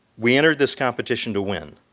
we entered this competition to win.